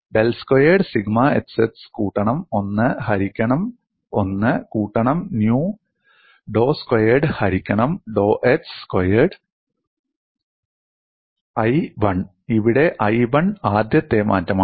del squared sigma xx കൂട്ടണം 1 ഹരിക്കണം 1 കൂട്ടണം ന്യു ഡോ സ്ക്വയർഡ് ഹരിക്കണം ഡോ x സ്ക്യുയർഡ് I1 ഇവിടെ I1 ആദ്യത്തെ മാറ്റമാണ്